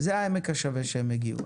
זה העמק השווה שהם הגיעו אליו.